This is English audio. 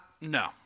no